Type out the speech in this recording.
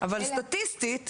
אבל סטטיסטית,